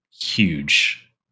huge